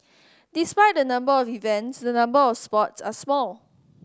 despite the number of events the number of sports are small